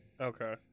okay